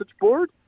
board